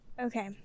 Okay